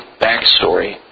backstory